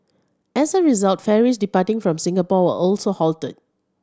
as a result ferries departing from Singapore were also halted